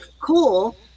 cool